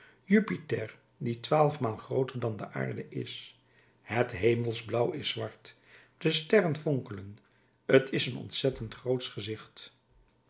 jupiter die twaalfmaal grooter dan de aarde is het hemelsblauw is zwart de sterren fonkelen t is een ontzettend grootsch gezicht